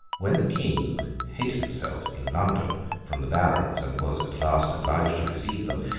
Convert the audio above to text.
when the king hid himself in london from the barons, and was at last obliged to receive them,